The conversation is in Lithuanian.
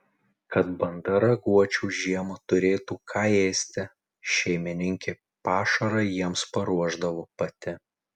kad banda raguočių žiemą turėtų ką ėsti šeimininkė pašarą jiems paruošdavo pati